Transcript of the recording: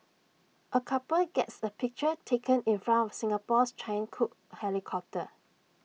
A couple gets A picture taken in front of Singapore's Chinook helicopter